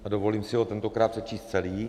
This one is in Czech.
A dovolím si ho tentokrát přečíst celý.